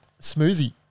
Smoothie